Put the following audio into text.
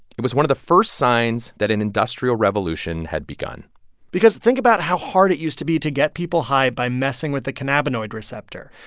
it was one of the first signs that an industrial revolution had begun because think about how hard it used to be to get people high by messing with the cannabinoid receptor.